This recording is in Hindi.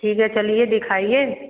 ठीक है चलिए दिखाइए